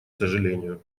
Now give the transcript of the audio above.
сожалению